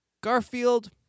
Garfield